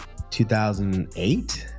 2008